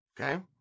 Okay